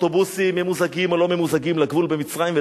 אוטובוסים ממוזגים או לא ממוזגים לגבול במצרים,